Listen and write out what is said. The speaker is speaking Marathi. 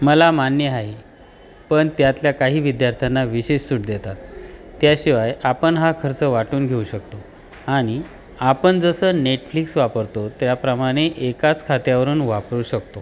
मला मान्य आहे पण त्यातल्या काही विद्यार्थ्यांना विशेष सूट देतात त्याशिवाय आपण हा खर्च वाटून घेऊ शकतो आणि आपण जसं नेटफ्लिक्स वापरतो त्याप्रमाणे एकाच खात्यावरून वापरू शकतो